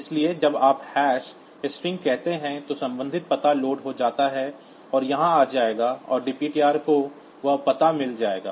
इसलिए जब आप हैश स्ट्रिंग कहते हैं तो संबंधित पता लोड हो जाता है और यहाँ आ जाएगा और डपटर को वह पता मिल जाएगा